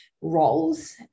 roles